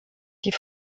die